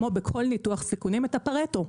כמו בכל ניתוח סיכונים את הפארטו.